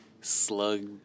slug